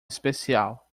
especial